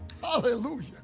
hallelujah